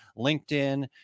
linkedin